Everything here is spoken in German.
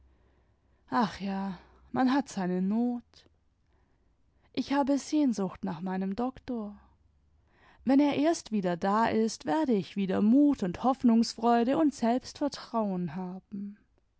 ach ja man hat seine not ich habe sehnsucht nach meinem doktor wenn er erst wieder da ist werde ich wieder mut und hoffnungsfreude und selbstvertrauen haben